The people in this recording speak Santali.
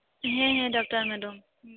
ᱦᱮᱸ ᱦᱮᱸ ᱰᱚᱠᱴᱚᱨ ᱢᱮᱰᱟᱢ